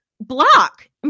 block